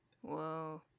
Whoa